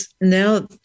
now